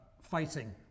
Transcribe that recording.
fighting